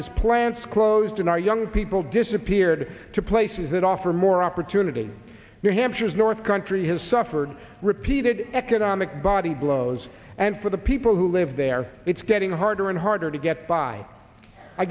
as plants closed in our young people disappeared to places that offer more opportunity new hampshire's north country has suffered repeated economic body blows and for the people who live there it's getting harder and harder to get by i